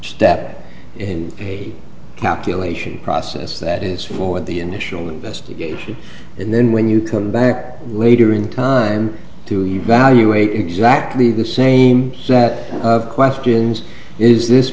step in the calculation process that is for the initial investigation and then when you come back later in time to evaluate exactly the same set of questions is this